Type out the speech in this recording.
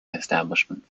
establishment